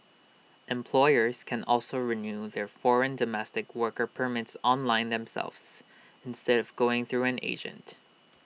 employers can also renew their foreign domestic worker permits online themselves instead of going through an agent